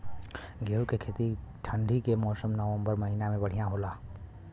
गेहूँ के खेती ठंण्डी के मौसम नवम्बर महीना में बढ़ियां होला?